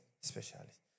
Specialist